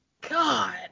god